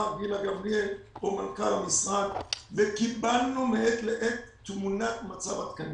גילה גמליאל או מנכ"ל המשרד וקיבלנו מעת לעת תמונת מצב עדכנית.